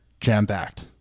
jam-packed